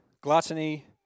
gluttony